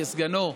כסגנו,